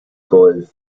golf